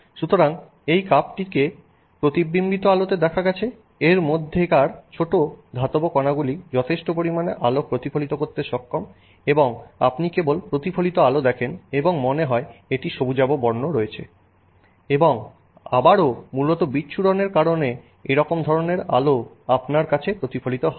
সুতরাং এই কাপটিকে প্রতিবিম্বিত আলোতে দেখা গেছে এর মধ্যেকার ছোট ধাতব কণাগুলি যথেষ্ট পরিমাণে আলোক প্রতিফলিত করতে সক্ষম হয় এবং আপনি কেবল প্রতিফলিত আলো দেখেন এবং মনে হয় এটির সবুজাভ বর্ণ রয়েছে এবং আবারো মূলত বিচ্ছুরণ এর কারনে এরকম ধরনের আলো আপনার কাছে প্রতিফলিত হয়